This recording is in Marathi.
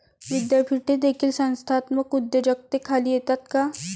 विद्यापीठे देखील संस्थात्मक उद्योजकतेखाली येतात का?